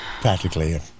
Practically